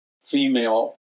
female